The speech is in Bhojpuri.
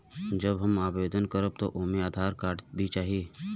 जब हम आवेदन करब त ओमे आधार कार्ड भी चाही?